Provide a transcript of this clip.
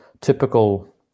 typical